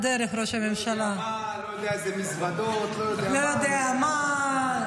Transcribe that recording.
איזה מזוודות, לא יודע מה.